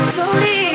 Slowly